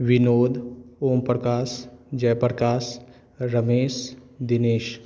Vinod Om Prakash Jay Prakash Ramesh Dinesh